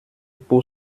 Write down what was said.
pour